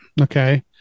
Okay